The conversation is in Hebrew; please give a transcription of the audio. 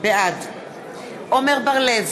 בעד עמר בר-לב,